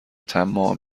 طماع